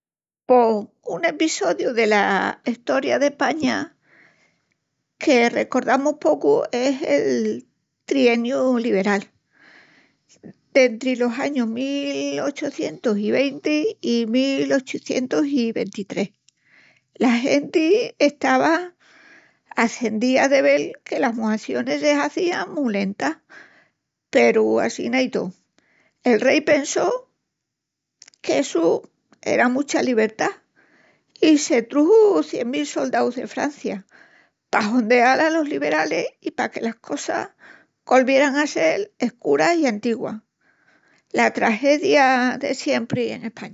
Pos un epissodiu dela Estoria d'España que recordamus pocu es el trieniu liberal, dentri los años mil ochucientus i venti i mil ochucientus i venti-tres. La genti estava acendía de vel que las muacionis se hazían mu lentas peru assín i tó, el rei pensó qu'essu era mucha libertá i se truxu cien mil soldaus de Francia pa hondeal alos liberalis i que las cosas golvieran a sel escuras i antiguás. La tragedia de siempri en España.